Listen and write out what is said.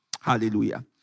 Hallelujah